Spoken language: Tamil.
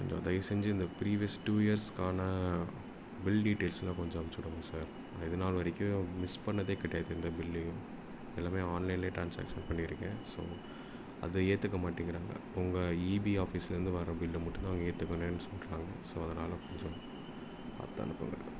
கொஞ்சம் தயவு செஞ்சு இந்த ப்ரீவியஸ் டூ இயர்ஸ்க்கான பில் டீட்டைல்ஸ்செல்லாம் கொஞ்சம் அனுப்பிச்சு விடுங்க சார் இதுநாள் வரைக்கும் மிஸ் பண்ணிணதே கிடையாது எந்த பில்லையும் எல்லாமே ஆன்லைனிலே ட்ரான்ஸ்சாக்ஷன் பண்ணியிருக்கேன் ஸோ அதை ஏற்றுக்க மாட்டேங்கிறாங்க உங்கள் ஈபி ஆஃபீஸ்லிருந்து வர்ற பில்லை மட்டும்தான் அவங்க ஏற்றுக்குவேனேன்னு சொல்கிறாங்க ஸோ அதனால் கொஞ்சம் பார்த்து அனுப்புங்கள்